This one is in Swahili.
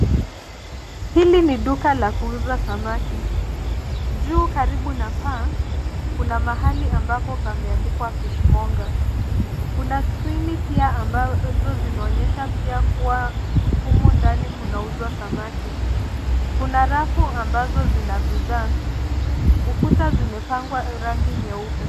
Hili ni duka la kuuza samaki. Juu karibu na paa kuna mahali ambapo pameandikwa Fishmonger. Kuna skrini pia ambazo zinaonyesha pia kuwa humu ndani kunauzwa samaki. Kuna rafu ambazo zina bidhaa. Ukuta zimepakwa rangi nyeupe.